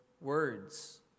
words